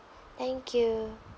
thank you